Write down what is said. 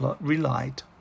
relied